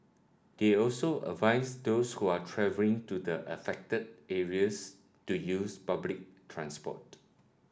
they also advised those who are travelling to the affected areas to use public transport